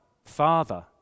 father